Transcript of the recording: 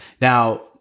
Now